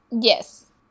Yes